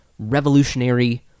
revolutionary